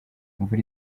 imvura